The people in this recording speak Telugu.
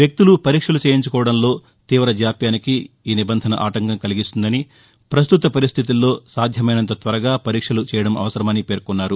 వ్యక్తులు పరీక్షలు చేయించుకోవడంలో తీవ జాప్యానికి ఆ నిబంధన ఆటంకం కలిగిస్తుందని ప్రస్తుత పరిస్థితుల్లో సాధ్యమయినంత త్వరగా పరీక్షలు చేయడం అవసరమని పేర్కొన్నారు